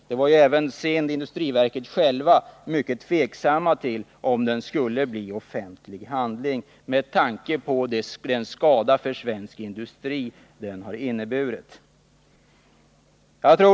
Även inom själva SIND — statens industriverk — var man mycket tveksam till att den skulle bli offentlig handling med tanke på den skada för svensk industri som den har inneburit.